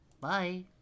Bye